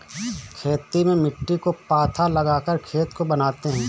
खेती में मिट्टी को पाथा लगाकर खेत को बनाते हैं?